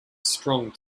strong